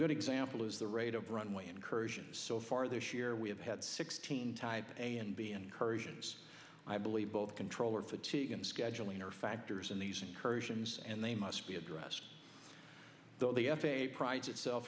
good example is the rate of runway incursions so far this year we have had sixteen type a and b incursions i believe both controller fatigue and scheduling are factors in these incursions and they must be addressed though the f a a prides itself